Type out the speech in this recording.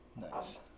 Nice